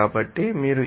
కాబట్టి మీరు ఈ 0